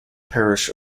parish